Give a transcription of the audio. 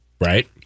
right